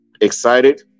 excited